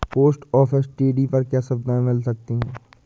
Post office TD पर क्या सुविधाएँ मिल सकती है?